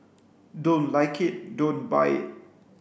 don't like it don't buy it